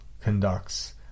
conducts